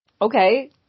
okay